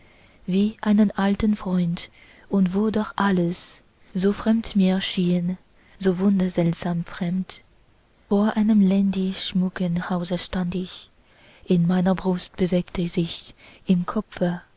wie einen alten freund und wo doch alles so fremd mir schien so wunderseltsam fremd vor einem ländlich schmucken hause stand ich in meiner brust bewegte sich's im kopfe